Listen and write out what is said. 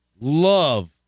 love